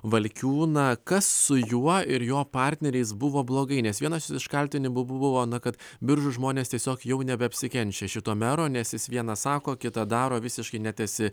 valkiūną kas su juo ir jo partneriais buvo blogai nes vienas iš kaltinimų buvo kad biržų žmonės tiesiog jau nebeapsikenčia šito mero nes jis vienas sako kitą daro visiškai netesi